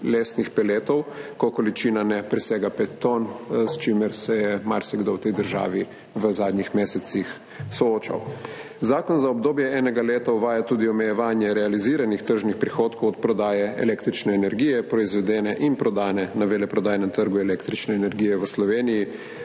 lesnih peletov, ko količina ne presega pet ton, s čimer se je marsikdo v tej državi v zadnjih mesecih soočal. Zakon za obdobje enega leta uvaja tudi omejevanje realiziranih tržnih prihodkov od prodaje električne energije proizvedene in prodane na veleprodajnem trgu električne energije v Sloveniji,